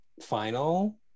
final